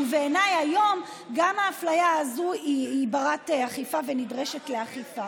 בעיניי גם היום האפליה הזאת היא בת-אכיפה ונדרשת לאכיפה.